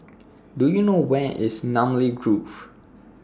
Do YOU know Where IS Namly Grove